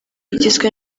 igizwe